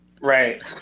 Right